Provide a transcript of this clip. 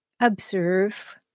observe